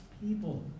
people